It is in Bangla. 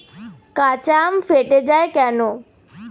কাঁচা আম ফেটে য়ায় কেন?